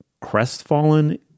crestfallen